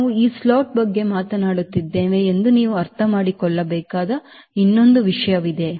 ನಾವು ಸ್ಲಾಟ್ ಬಗ್ಗೆ ಮಾತನಾಡುತ್ತಿದ್ದೇವೆ ಎಂದು ನೀವು ಅರ್ಥಮಾಡಿಕೊಳ್ಳಬೇಕಾದ ಇನ್ನೊಂದು ವಿಷಯವಿದೆ